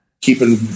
keeping